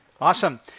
Awesome